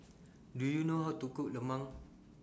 Do YOU know How to Cook Lemang